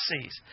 sees